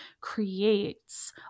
creates